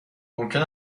ممکن